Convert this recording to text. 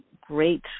great